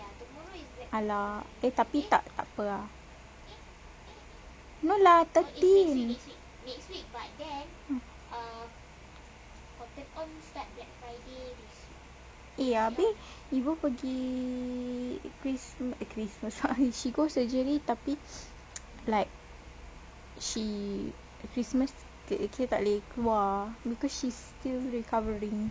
!alah! eh tapi tak takpe ah no lah thirteen eh eh abeh ibu pergi christmas eh christmas she go surgery tapi like she christmas kita tak boleh keluar because she still recovering